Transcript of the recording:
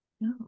no